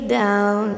down